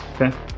Okay